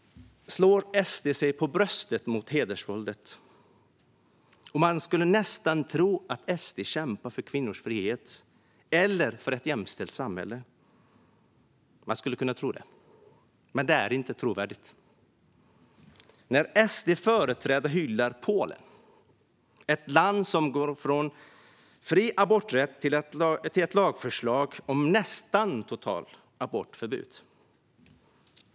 SD slår sig för bröstet i frågor som rör hedersvåld. Man kan nästan tro att SD kämpar för kvinnors frihet eller för ett jämställt samhälle. Men det är inte trovärdigt. SD-företrädare hyllar Polen, ett land som gått från fri aborträtt till att lägga fram ett lagförslag om nästan totalt abortförbud.